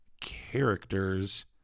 characters